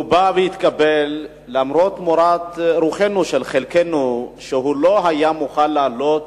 הוא בא והתקבל למרות מורת רוחם של חלקנו מכך שהוא לא היה מוכן לעלות